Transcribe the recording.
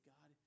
God